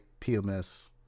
PMS